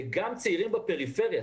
וגם צעירים בפריפריה.